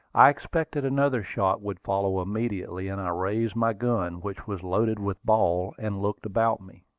i expected another shot would follow immediately, and i raised my gun, which was loaded with ball, and looked about me.